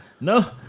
no